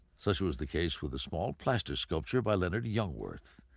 such was the case with a small plaster sculpture by leonard jungwirth.